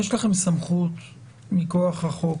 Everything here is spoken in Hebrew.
אז יש לכם סמכות מכוח החוק